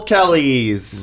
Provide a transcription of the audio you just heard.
Kellys